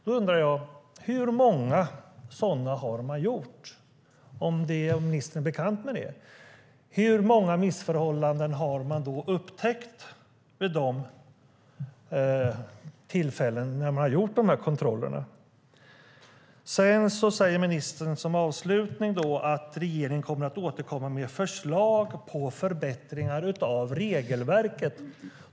Då undrar jag om ministern är bekant med hur många sådana man har gjort. Hur många missförhållanden har man upptäckt vid de tillfällen då man har gjort kontrollerna? Sedan säger ministern som avslutning att regeringen kommer att återkomma med förslag till förbättringar av regelverket.